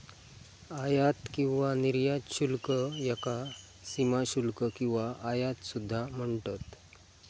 आयात किंवा निर्यात शुल्क याका सीमाशुल्क किंवा आयात सुद्धा म्हणतत